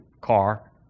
car